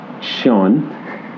Sean